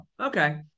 okay